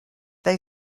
they